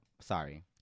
Sorry